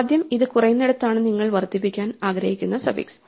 ആദ്യം ഇത് കുറയുന്നിടത്താണ് നിങ്ങൾ വർദ്ധിപ്പിക്കാൻ ആഗ്രഹിക്കുന്ന സഫിക്സ്